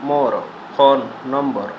ମୋ phone number